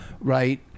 Right